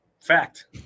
Fact